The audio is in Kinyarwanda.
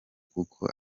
kuko